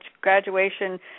graduation